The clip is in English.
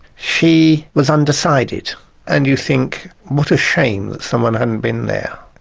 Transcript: she was undecided and you think what a shame that someone hadn't been there.